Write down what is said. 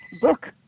book